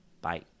Bye